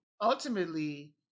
ultimately